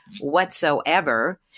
whatsoever